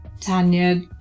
Tanya